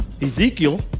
Ezekiel